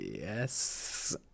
Yes